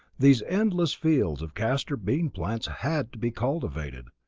these endless fields of castor bean plants had to be cultivated,